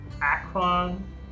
Akron